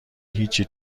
هیچی